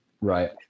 right